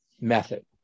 method